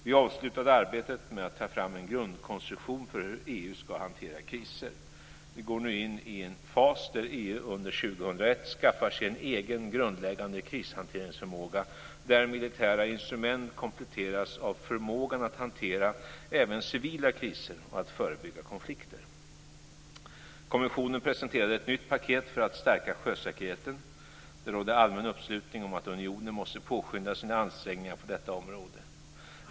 Vi avslutade arbetet med att ta fram en grundkonstruktion för hur EU ska hantera kriser. Vi går nu in i en fas där EU under 2001 skaffar sig en egen grundläggande krishanteringsförmåga där militära instrument kompletteras av förmågan att hantera även civila kriser och att förebygga konflikter. Kommissionen presenterade ett nytt paket för att stärka sjösäkerheten. Det rådde allmän uppslutning om att unionen måste påskynda sina ansträngningar på detta område.